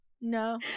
no